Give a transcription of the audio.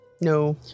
No